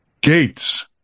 gates